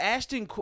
Ashton